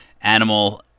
Animal